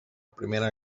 primera